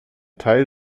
teil